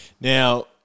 Now